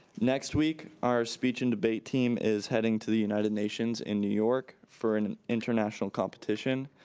next week, our speech and debate team is heading to the united nations in new york for an international competition.